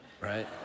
right